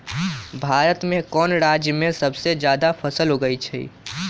भारत में कौन राज में सबसे जादा फसल उगई छई?